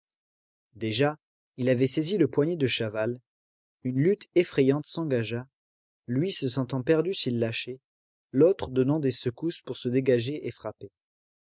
déjà il avait saisi le poignet de chaval une lutte effrayante s'engagea lui se sentant perdu s'il lâchait l'autre donnant des secousses pour se dégager et frapper